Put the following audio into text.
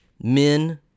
men